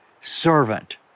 servant